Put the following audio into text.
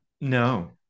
no